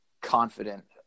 confident